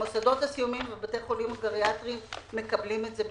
המוסדות הסיעודיים ובתי החולים הגריאטריים מקבלים את זה.